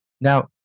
Now